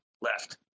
Left